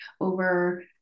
over